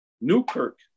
Newkirk